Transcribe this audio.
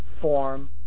form